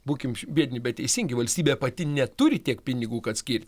būkim biedni bet teisingi valstybė pati neturi tiek pinigų kad skirt